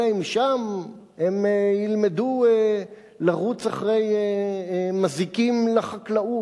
אלא אם כן שם הם ילמדו לרוץ אחרי מזיקים לחקלאות.